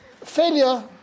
failure